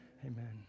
Amen